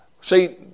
see